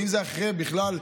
ובכלל,